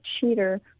cheater